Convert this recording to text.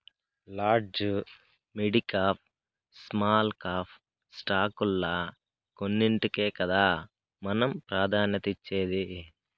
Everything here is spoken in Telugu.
లాడ్జి, మిడికాప్, స్మాల్ కాప్ స్టాకుల్ల కొన్నింటికే కదా మనం ప్రాధాన్యతనిచ్చేది